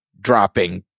dropping